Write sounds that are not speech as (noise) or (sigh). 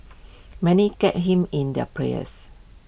(noise) many kept him in their prayers